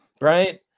Right